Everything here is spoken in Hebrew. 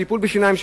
טיפול בשיניים,